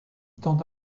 tenta